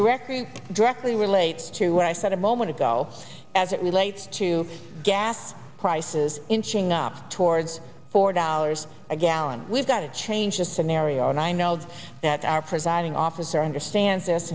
directly directly relates to what i said a moment ago as it relates to gas prices inching up towards four dollars a gallon we've gotta change the scenario and i know that our presiding officer understands